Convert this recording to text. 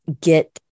get